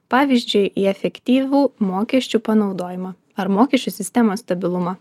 pavyzdžiui į efektyvų mokesčių panaudojimą ar mokesčių sistemos stabilumą